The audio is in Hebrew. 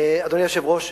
אדוני היושב-ראש,